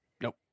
Nope